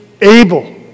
able